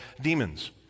demons